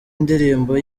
indirimbo